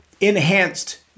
enhanced